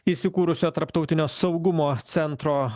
įsikūrusio tarptautinio saugumo centro